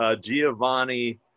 Giovanni